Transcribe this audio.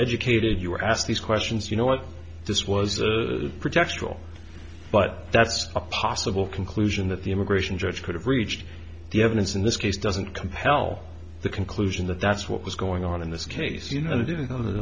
reeducated you were asked these questions you know what this was pretextual but that's a possible conclusion that the immigration judge could have reached the evidence in this case doesn't compel the conclusion that that's what was going on in this case you know they didn't know that